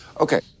okay